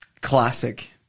Classic